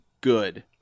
good